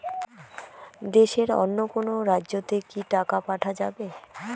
দেশের অন্য কোনো রাজ্য তে কি টাকা পাঠা যাবে?